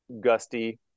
gusty